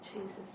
Jesus